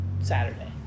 Saturday